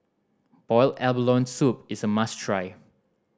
boiled abalone soup is a must try